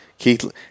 Keith